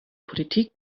politik